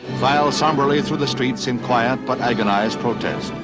file somberly through the streets in quiet but agonized protest